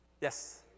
Yes